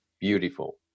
beautiful